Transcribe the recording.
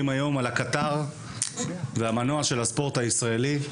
היום על הקטר והמנוע של הספורט הישראלי,